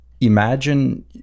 imagine